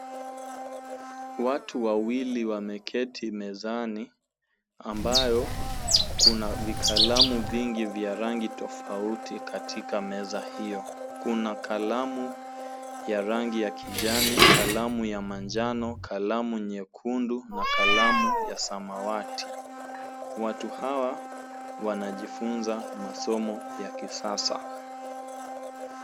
Watu wawili wameketi mezani ambayo kuna vikalamu vingi vya rangi tofauti katika meza hiyo. Kuna kalamu ya rangi ya kijani, kalamu ya manjano, kalamu nyekundu na kalamu ya samawati. Watu hawa wanajifunza masomo ya kisasa.